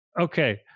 Okay